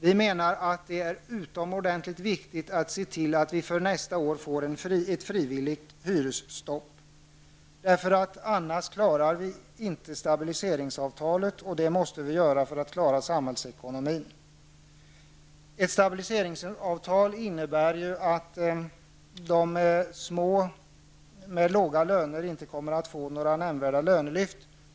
Vi menar att det är utomordentligt viktigt att se till att vi nästa år får ett frivilligt hyresstopp, annars klarar vi inte stabiliseringsavtalet, och det måste vi göra för att klara samhällsekonomin. Ett stabiliseringsavtal innebär att de som har låga löner inte kommer att få några nämnvärda lönelyft.